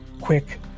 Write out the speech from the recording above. quick